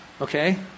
Okay